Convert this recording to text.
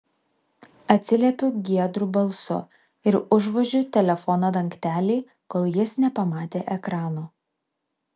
atsiliepiu giedru balsu ir užvožiu telefono dangtelį kol jis nepamatė ekrano